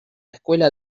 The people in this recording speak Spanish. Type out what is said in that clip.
escuela